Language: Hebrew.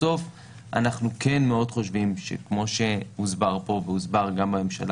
בסוף אנחנו כן חושבים כמו שהוסבר כאן והוסבר גם בממשלה